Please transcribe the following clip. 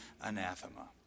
anathema